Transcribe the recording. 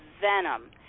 venom